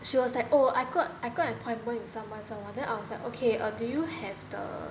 she was like oh I got I got an appointment someone someone then I was like okay err do you have the